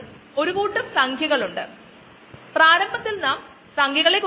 പിന്നെ ചില കാരണങ്ങളാൽ പിന്നീട് ഒരുപക്ഷേ നമ്മൾ സബ്സ്ട്രേറ്റ് ചേർക്കുന്നു അത് ചിലപ്പോൾ ഇടവേളകൾ ആയിട്ട് ആകാം